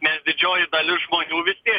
nes didžioji dalis žmonių vis tiek